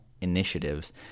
initiatives